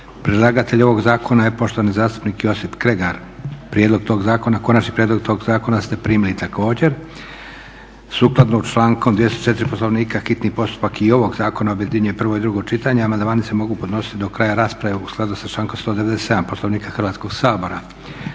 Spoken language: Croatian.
Predlagatelj ovog zakona je poštovani zastupnik Josip Kregar. Konačni prijedlog tog zakona ste primili također. Sukladno članku 204. Poslovnika hitni postupak i ovog zakona objedinjuje prvo i drugo čitanje, a amandmani se mogu podnositi do kraja rasprave u skladu sa člankom 197. Poslovnika Hrvatskog sabora.